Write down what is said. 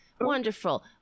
Wonderful